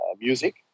music